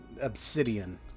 obsidian